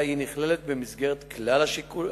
אלא היא נכללת במסגרת כלל השיקולים